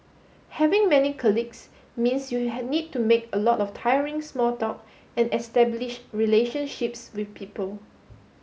having many colleagues means you need to make a lot of tiring small talk and establish relationships with people